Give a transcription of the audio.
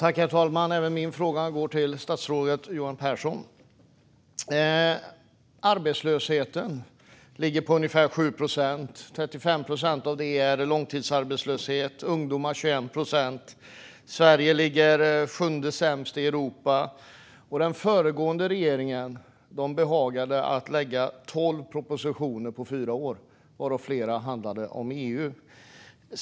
Herr talman! Även min fråga går till statsrådet Johan Pehrson. Arbetslösheten ligger på ungefär 7 procent, varav 35 procent är långtidsarbetslöshet och 21 procent är ungdomar. Sverige ligger på sjunde sämsta plats i Europa. Den föregående regeringen behagade lägga tolv propositioner på fyra år, varav flera handlade om EU.